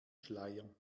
schleier